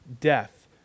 death